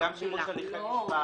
גם שיבוש הליכי משפט.